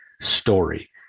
story